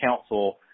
council